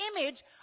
image